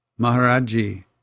Maharaji